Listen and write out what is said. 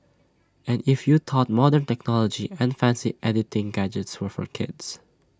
and if you thought modern technology and fancy editing gadgets were for kids